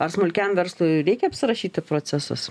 ar smulkiam verslui reikia apsirašyti procesus